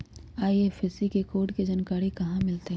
IFSC code के जानकारी कहा मिलतई